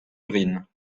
urines